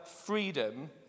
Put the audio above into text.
freedom